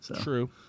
True